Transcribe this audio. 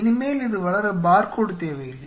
இனிமேல் இது வளர பார்கோடு தேவையில்லை